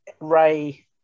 Ray